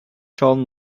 john